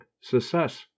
success